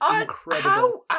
incredible